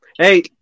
Hey